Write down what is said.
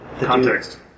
Context